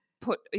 put